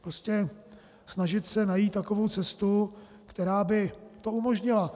Prostě snažit se najít takovou cestu, která by to umožnila.